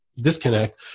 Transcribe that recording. disconnect